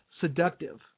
seductive